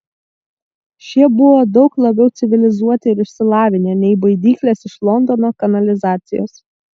šie buvo daug labiau civilizuoti ir išsilavinę nei baidyklės iš londono kanalizacijos